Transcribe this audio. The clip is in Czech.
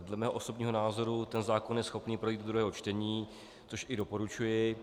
Dle mého osobního názoru ten zákon je schopen projít do druhého čtení, což i doporučuji.